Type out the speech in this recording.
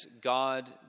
God